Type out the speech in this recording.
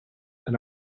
and